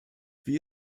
wie